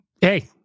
Hey